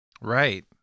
right